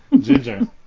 Ginger